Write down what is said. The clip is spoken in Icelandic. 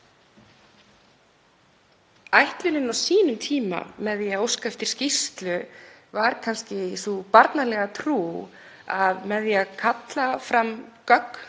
Ætlunin á sínum tíma með því að óska eftir skýrslu var kannski sú barnalega trú að með því að kalla fram gögn